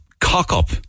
cock-up